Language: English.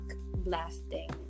blasting